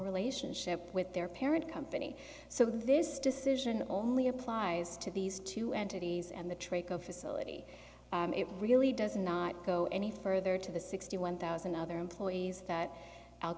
relationship with their parent company so this decision only applies to these two entities and the trick of facility it really does not go any further to the sixty one thousand other employees that al